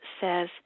says